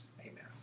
Amen